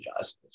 justice